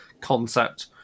concept